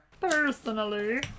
Personally